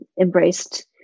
embraced